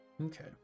Okay